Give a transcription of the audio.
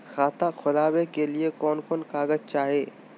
खाता खोलाबे के लिए कौन कौन कागज चाही?